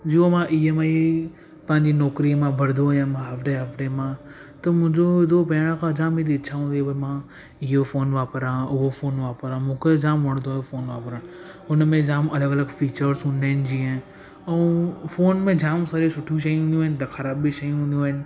जो मां E M I पंहिंजी नौकरीअ में भरंदो हुउमि हाफ हाफ डे मां त मुंहिंजो पहिरियों खां जाम इच्छाऊं हुउमि पर मां इहो फोन वापिरा उहो फोन वापिरा मूंखे जाम वणंदो हुओ फोन वापरनि उन में जाम अलॻि अलॻि फीचर्स हूंदा आहिनि जीअं ऐं फोन में जाम सारी सुठियूं शयूं हूंदियूं आहिनि त ख़राब बि शयूं हूंदियूं आहिनि